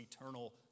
eternal